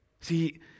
See